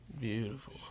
Beautiful